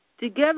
Together